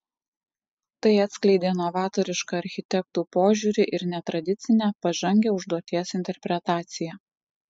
tai atskleidė novatorišką architektų požiūrį ir netradicinę pažangią užduoties interpretaciją